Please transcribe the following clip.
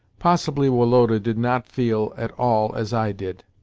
possibly woloda did not feel at all as i did.